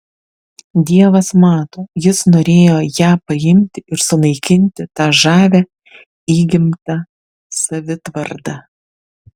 dievas mato jis norėjo ją paimti ir sunaikinti tą žavią įgimtą savitvardą